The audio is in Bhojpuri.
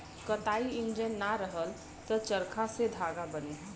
कताई इंजन ना रहल त चरखा से धागा बने